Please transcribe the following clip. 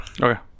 okay